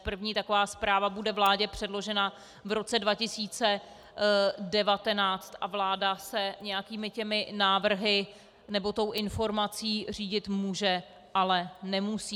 První taková zpráva bude vládě předložena v roce 2019 a vláda se nějakými těmi návrhy nebo tou informací řídit může, ale nemusí.